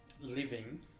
living